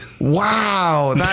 Wow